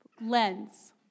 lens